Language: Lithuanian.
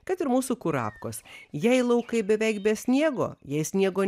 kad ir mūsų kurapkos jei laukai beveik be sniego jie sniego